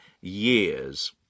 years